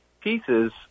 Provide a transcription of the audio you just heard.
pieces